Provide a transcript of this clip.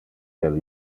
del